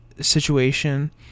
situation